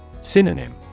Synonym